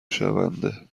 شونده